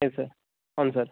లేదు సార్ అవును సార్